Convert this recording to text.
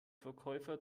verkäufer